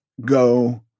go